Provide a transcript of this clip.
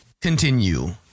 continue